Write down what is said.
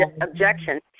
objection